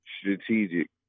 strategic